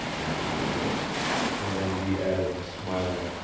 answered ernest and then he added, smiling,